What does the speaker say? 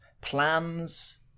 plans